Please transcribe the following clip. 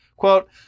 Quote